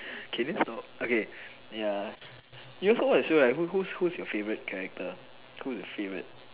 can you stop okay ya you also watch the show right who who's who's your favourite character who's your favourite